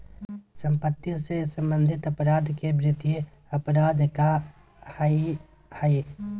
सम्पत्ति से सम्बन्धित अपराध के वित्तीय अपराध कहइ हइ